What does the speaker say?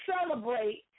celebrate